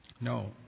No